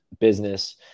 business